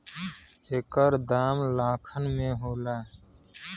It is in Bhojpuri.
एकर दाम लाखन में होला